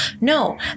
No